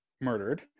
murdered